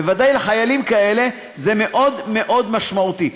בוודאי לחיילים כאלה זה מאוד מאוד משמעותי.